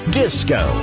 disco